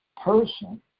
person